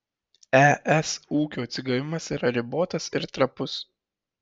es ūkio atsigavimas yra ribotas ir trapus